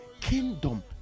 kingdom